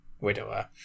widower